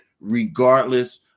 regardless